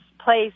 place